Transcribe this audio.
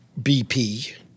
BP